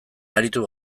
aritu